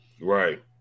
Right